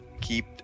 keep